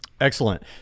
Excellent